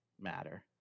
matter